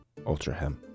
Ultrahem